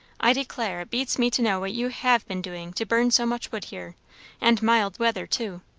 i declare, it beats me to know what you have been doing to burn so much wood here and mild weather, too.